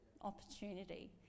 opportunity